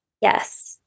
Yes